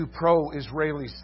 pro-Israeli